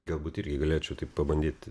galbūt irgi galėčiau taip pabandyt